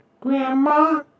Grandma